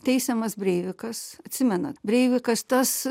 teisiamas breivikas atsimena breivikas tas